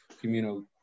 communal